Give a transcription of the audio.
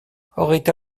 hogeita